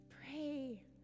pray